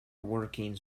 working